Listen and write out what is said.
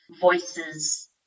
voices